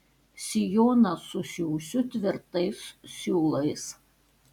sijoną susiųsiu tvirtais siūlais